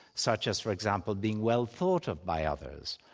such as for example, being well thought of by others,